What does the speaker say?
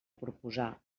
proposar